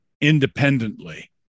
independently